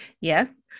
Yes